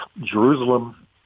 Jerusalem